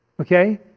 Okay